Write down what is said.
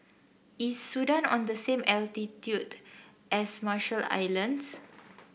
is Sudan on the same latitude as Marshall Islands